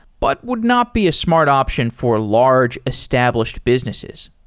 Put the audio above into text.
but would not be a smart option for large, established businesses.